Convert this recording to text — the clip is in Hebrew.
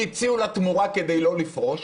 הציעו לה תמורה כדי לא לפרוש